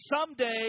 someday